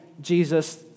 Jesus